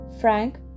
Frank